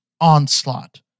onslaught